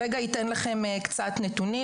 אתן קצת נתונים.